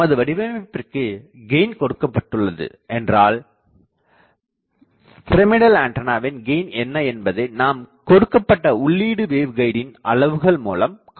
நமது வடிவமைப்பிற்குக் கெயின் கொடுக்கபட்டுள்ளது என்றால் பிரமிடல் ஆண்டனாவின் கெயின் என்ன என்பதை நாம் கொடுக்கப்பட்ட உள்ளீடு வேவ்கைடின் அளவுகள் மூலம் காணலாம்